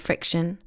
Friction